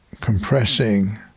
compressing